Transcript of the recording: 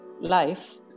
life